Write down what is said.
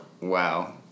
Wow